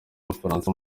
bufaransa